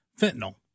fentanyl